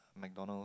McDonald